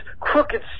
crooked